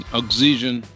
oxygen